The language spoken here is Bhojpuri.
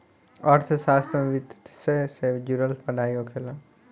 अर्थशास्त्र में वित्तसे से जुड़ल पढ़ाई होखेला